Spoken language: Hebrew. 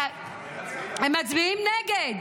פנינה, הם מצביעים נגד?